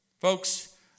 Folks